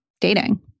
dating